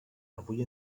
avui